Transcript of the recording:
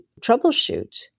troubleshoot